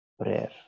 prayer